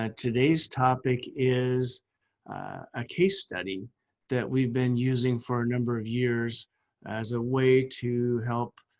ah today's topic is a case study that we've been using for a number of years as a way to help